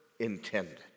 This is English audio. intended